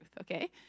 okay